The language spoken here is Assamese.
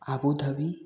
আবু ধাবী